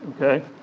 Okay